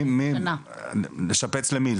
לשפץ למי?